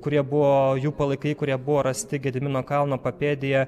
kurie buvo jų palaikai kurie buvo rasti gedimino kalno papėdėje